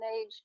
age